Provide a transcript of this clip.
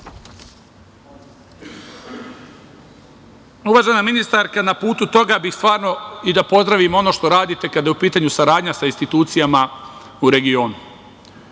ministarka, na putu toga bih stvarno i da pozdravim ono što radite, kada je u pitanju saradnja sa institucijama u regionu.